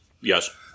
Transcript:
Yes